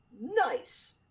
Nice